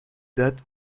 date